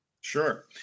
Sure